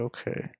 Okay